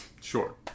Sure